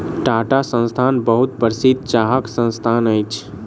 टाटा संस्थान बहुत प्रसिद्ध चाहक संस्थान अछि